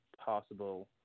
possible